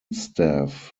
staff